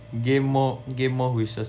gain more gain more wishes